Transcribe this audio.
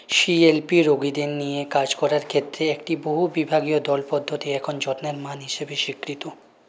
C L P রোগীদের নিয়ে কাজ করার ক্ষেত্রে একটি বহু বিভাগীয় দল পদ্ধতি এখন যত্নের মান হিসাবে স্বীকৃত